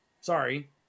sorry